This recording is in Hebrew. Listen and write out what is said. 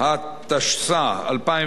התשס"א 2001,